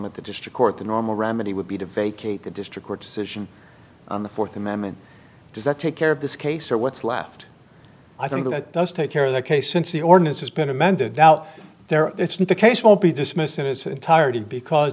with the district court the normal remedy would be to vacate the district court decision on the fourth amendment does that take care of this case or what's left i think that does take care of the case since the ordinance has been amended out there it's not the case will be dismissed in its entirety because